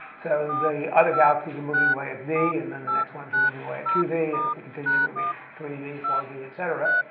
so the other galaxies are moving away at v, and then the next one is moving away at two v. and if we continue, it would be three v, four v, et cetera,